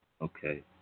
Okay